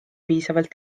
piisavalt